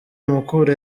mukura